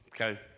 Okay